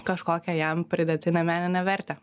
kažkokią jam pridėtinę meninę vertę